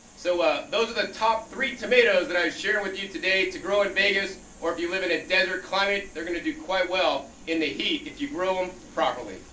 so ah those are the top three tomatoes that i share with you today to grow in vegas or if you live in a desert climate. they're gonna do quite well in the heat if you grow them properly.